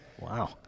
Wow